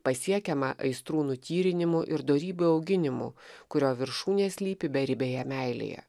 pasiekiamą aistrų nutyrinimu ir dorybių auginimu kurio viršūnė slypi beribėje meilėje